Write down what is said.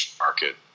market